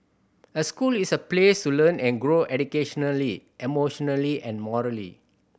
a school is a place to learn and grow educationally emotionally and morally